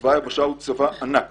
צבא היבשה הוא צבא ענק